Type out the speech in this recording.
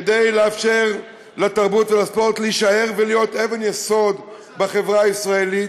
כדי לאפשר לתרבות ולספורט להישאר ולהיות אבן יסוד בחברה הישראלית.